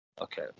Okay